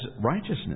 righteousness